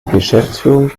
geschäftsführung